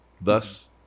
thus